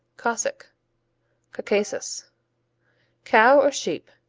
cossack caucasus cow or sheep.